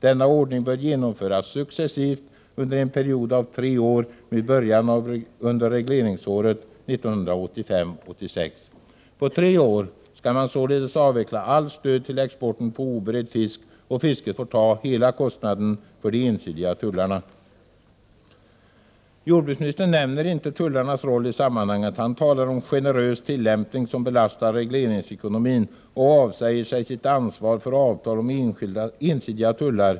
Denna ordning bör genomföras successivt under en period av tre år med början regleringsåret 1985/86.” På tre år skall man således avveckla allt stöd till exporten på oberedd fisk, och fisket får ta hela kostnaden för de ensidiga tullarna. Jordbruksministern nämner inte tullarnas roll i sammanhanget. Han talar om en generös tillämpning som belastar regleringsekonomin och avsäger sig sitt ansvar för avtal om ensidiga tullar.